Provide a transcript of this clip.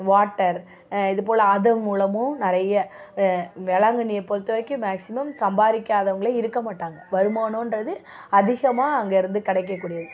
water இது போல் அது மூலமும் நிறைய வேளாங்கண்ணியை பொறுத்த வரைக்கும் மேக்ஸிமம் சம்பாதிக்காதவங்களே இருக்க மாட்டாங்க வருமானன்றது அதிகமாக அங்கேயிருந்து கிடைக்கக் கூடியது